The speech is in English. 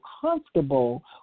comfortable